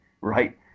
right